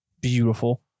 beautiful